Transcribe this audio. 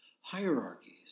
Hierarchies